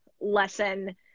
lesson